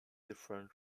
different